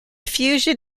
fusion